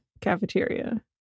cafeteria